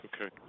Okay